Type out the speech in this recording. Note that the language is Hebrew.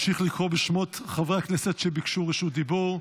אמשיך לקרוא בשמות חברי הכנסת שביקשו רשות דיבור.